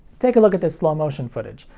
take a look at this slow motion footage.